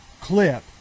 clip